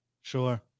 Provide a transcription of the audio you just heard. Sure